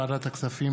עברה בקריאה שלישית,